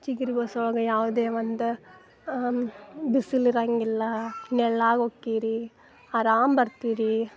ಚಿಗರಿ bus ಒಳಗೆ ಯಾವುದೇ ಒಂದು ಬಿಸಿಲು ಇರೋಂಗಿಲ್ಲ ನೆರ್ಳಾಗ ಹೊಕ್ಕೀರಿ ಆರಾಮ ಬರ್ತೀರಿ